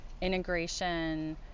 integration